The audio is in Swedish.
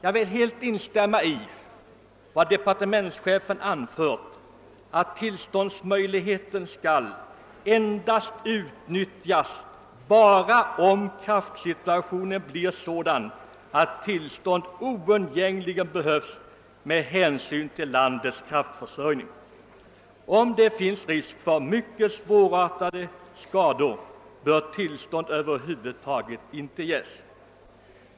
Jag vill helt instämma i vad departementschefen anfört om att tillståndsmöjligheten endast skall utnyttjas om kraftsituationen blir sådan att tillstånd oundgängligen behövs med hänsyn till landets kraftförsörjning. Om det finns risk för mycket svårartade skador, bör tillstånd över huvud taget inte ges.